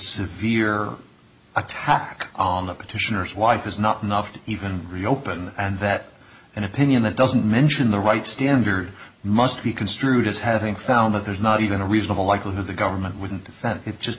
severe attack on the petitioners wife is not enough to even reopen and that an opinion that doesn't mention the right standard must be construed as having found that there's not even a reasonable likelihood the government wouldn't defend it just